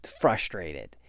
frustrated